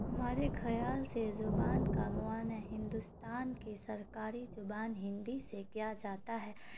ہمارے خیال سے زبان کا معنیٰ ہندوستان کی سرکاری زبان ہندی سے کیا جاتا ہے